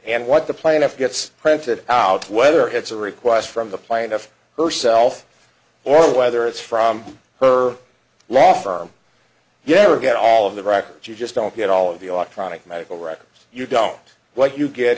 and what the plaintiff gets printed out whether it's a request from the plaintiff herself or whether it's from her law firm yes or get all of the records you just don't get all of the off chronic medical records you don't